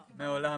מעולם.